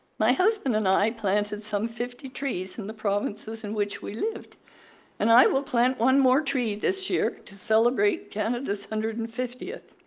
my husband and i planted some fifty trees in the provinces in which we lived and i will plant one more tree this year to celebrate canada's one hundred and fiftieth.